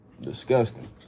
disgusting